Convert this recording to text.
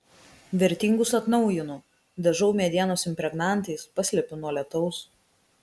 vertingus atnaujinu dažau medienos impregnantais paslepiu nuo lietaus